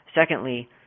Secondly